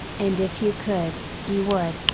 and if you could, you would,